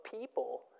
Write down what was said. people